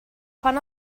fan